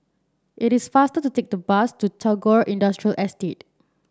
it is faster to take the bus to Tagore Industrial Estate